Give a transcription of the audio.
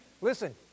listen